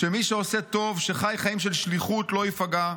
שמי שעושה טוב, שחי חיים של שליחות לא ייפגע.